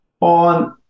on